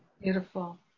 beautiful